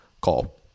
call